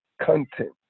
content